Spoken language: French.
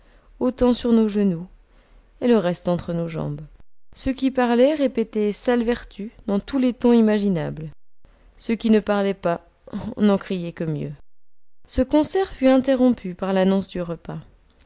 autant sur nos genoux et le reste entre nos jambes ceux qui parlaient répétaient saellvertu dans tous les tons imaginables ceux qui ne parlaient pas n'en criaient que mieux ce concert fut interrompu par l'annonce du repas